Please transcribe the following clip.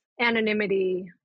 anonymity